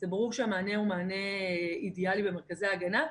ברור שהמענה הוא מענה אידיאלי במרכזי ההגנה.